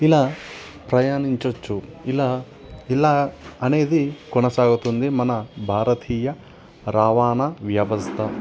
ఇలా ప్రయాణించవచ్చు ఇలా ఇలా అనేది కొనసాగుతుంది మన భారతీయ రవాణా వ్యవస్థ